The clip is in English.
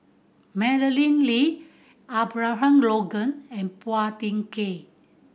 Madeleine Lee Abraham Logan and Phua Thin Kiay